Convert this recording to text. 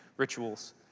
rituals